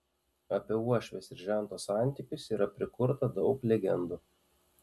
apie uošvės ir žento santykius yra prikurta daug legendų